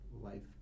life